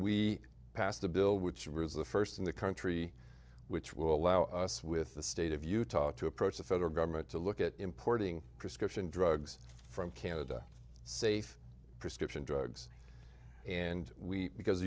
we passed a bill which was the first in the country which will allow us with the state of utah to approach the federal government to look at importing prescription drugs from canada safe prescription drugs and we because